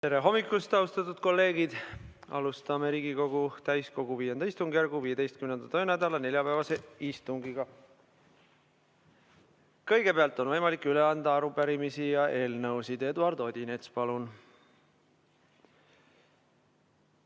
Tere hommikust, austatud kolleegid! Alustame Riigikogu täiskogu V istungjärgu 15. töönädala neljapäevast istungit. Kõigepealt on võimalik üle anda arupärimisi ja eelnõusid. Eduard Odinets, palun!